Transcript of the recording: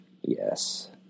Yes